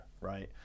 right